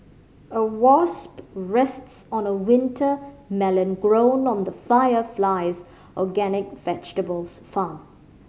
a wasp rests on a winter melon grown on the Fire Flies organic vegetables farm